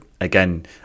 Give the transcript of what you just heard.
again